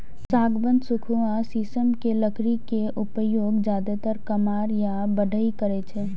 सागवान, सखुआ, शीशम के लकड़ी के उपयोग जादेतर कमार या बढ़इ करै छै